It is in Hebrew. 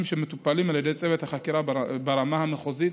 שמטופלים על ידי צוות החקירה ברמה המחוזית,